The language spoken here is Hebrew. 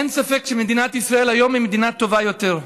אין ספק שמדינת ישראל היא היום מדינה טובה יותר,